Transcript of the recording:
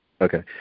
Okay